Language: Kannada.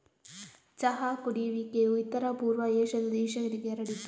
ಚಹಾ ಕುಡಿಯುವಿಕೆಯು ಇತರ ಪೂರ್ವ ಏಷ್ಯಾದ ದೇಶಗಳಿಗೆ ಹರಡಿತು